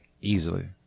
easily